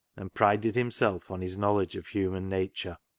and prided himself on his knowledge of human nature.